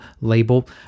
label